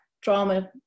drama